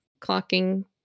clocking